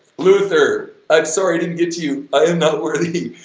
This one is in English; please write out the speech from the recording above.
luther, i'm sorry i didn't get to you! i am not worthy!